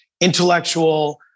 intellectual